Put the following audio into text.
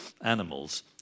animals